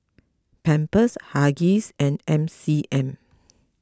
Pampers Huggies and M C M